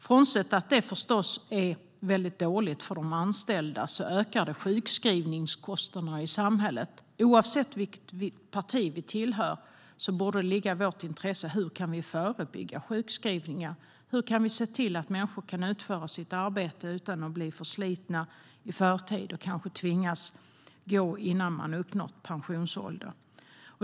Frånsett att det förstås är väldigt dåligt för de anställda ökar det också sjukskrivningsposterna i samhället. Oavsett vilket parti vi tillhör borde det ligga i vårt intresse att förebygga sjukskrivningar och se till att människor kan utföra sitt arbete utan att bli förslitna i förtid och kanske tvingas gå innan de uppnått pensionsålder.